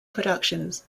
productions